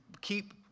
keep